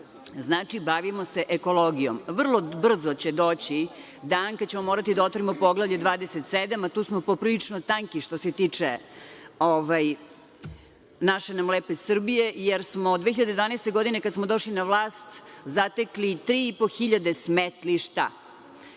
Znači, bavimo se ekologijom. Vrlo brzo će doći dan kada ćemo morati da otvorimo Poglavlje 27, a tu smo poprilično tanki, što se tiče naše nam lepe Srbije, jer smo 2012. godine, kada smo došli na vlast zatekli 3.500 smetlišta. Građani